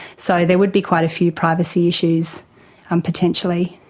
so there would be quite a few privacy issues and potentially.